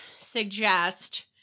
suggest